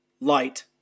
light